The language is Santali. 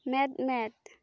ᱢᱮᱫ ᱢᱮᱫ